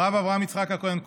הרב אברהם יצחק הכהן קוק.